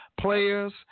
players